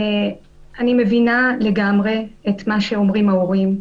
אני מבינה לגמרי את מה שאומרים ההורים,